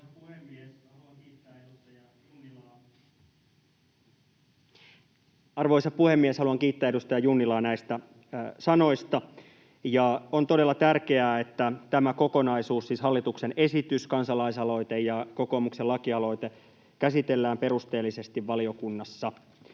Arvoisa puhemies! Haluan kiittää edustaja Junnilaa näistä sanoista. On todella tärkeää, että tämä kokonaisuus — siis hallituksen esitys, kansalais-aloite ja kokoomuksen lakialoite — käsitellään perusteellisesti valiokunnassa.